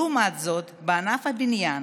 לעומת זאת, בענף הבניין